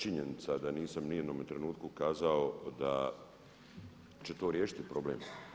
Činjenica da nisam ni u jednom trenutku kazao da će to riješiti problem.